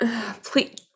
Please